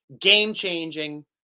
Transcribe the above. game-changing